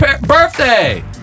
birthday